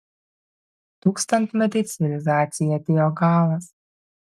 tūkstantmetei civilizacijai atėjo galas